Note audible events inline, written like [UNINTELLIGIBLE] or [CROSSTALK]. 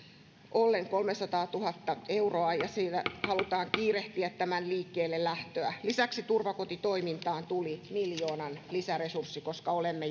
ollen kolmesataatuhatta euroa ja sillä halutaan kiirehtiä tämän liikkeelle lähtöä lisäksi turvakotitoimintaan tuli miljoonan lisäresurssi koska olemme [UNINTELLIGIBLE]